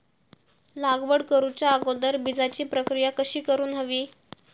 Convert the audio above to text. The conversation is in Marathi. लागवड करूच्या अगोदर बिजाची प्रकिया कशी करून हवी?